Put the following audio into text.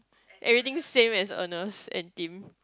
everything is same as Ernest and Tim